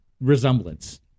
resemblance